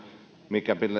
mikä